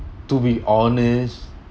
to be honest